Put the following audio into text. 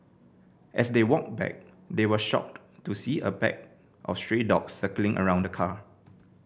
as they walked back they were shocked to see a pack of stray dogs circling around the car